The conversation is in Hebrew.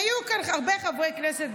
היו כאן הרבה חברי כנסת,